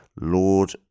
lord